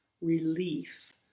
relief